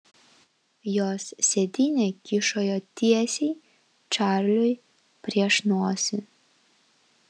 jos sėdynė kyšojo tiesiai čarliui prieš nosį